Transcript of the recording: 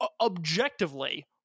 Objectively